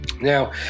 Now